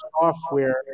software